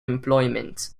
employment